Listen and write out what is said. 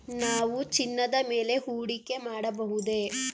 ನಾವು ಚಿನ್ನದ ಮೇಲೆ ಹೂಡಿಕೆ ಮಾಡಬಹುದೇ?